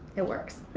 it works.